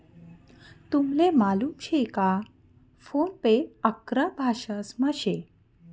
तुमले मालूम शे का फोन पे अकरा भाषांसमा शे